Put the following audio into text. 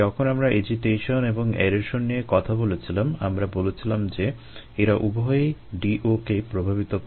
যখন আমরা এজিটেশন প্রযোগ করে